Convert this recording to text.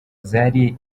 zari